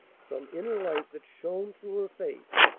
some inner light that shone through her face,